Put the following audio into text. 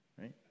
right